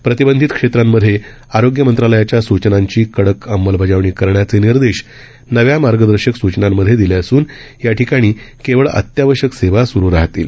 प्रतिबंधित क्षेत्रांमध्ये आरोग्य मंत्रालयाच्या सूचनांची कडक अंमलबजावणी करण्याचे निर्देश नव्या मार्गदर्शक सूचनांमध्ये दिले असून याठिकाणी केवळ अत्यावश्यक सेवा सुरु राहतील